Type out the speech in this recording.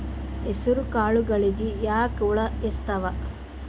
ಹೆಸರ ಕಾಳುಗಳಿಗಿ ಯಾಕ ಹುಳ ಹೆಚ್ಚಾತವ?